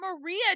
Maria